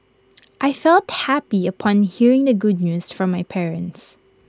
I felt happy upon hearing the good news from my parents